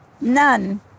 None